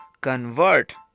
convert